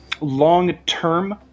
long-term